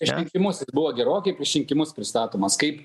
prieš rinkimus jis buvo gerokai prieš rinkimus pristatomas kaip